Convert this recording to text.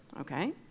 Okay